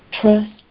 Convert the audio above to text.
Trust